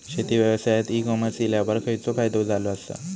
शेती व्यवसायात e commerce इल्यावर खयचो फायदो झालो आसा?